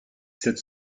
sept